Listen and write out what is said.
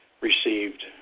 received